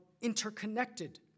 interconnected